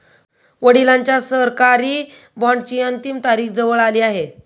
वडिलांच्या सरकारी बॉण्डची अंतिम तारीख जवळ आली आहे